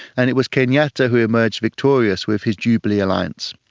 and it was kenyatta who emerged victorious with his jubilee alliance.